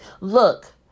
Look